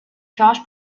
josh